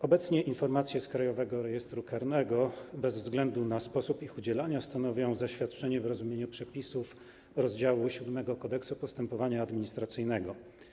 Obecnie informacje z Krajowego Rejestru Karnego bez względu na sposób ich udzielania stanowią zaświadczenia w rozumieniu przepisów rozdziału VII Kodeksu postępowania administracyjnego.